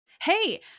Hey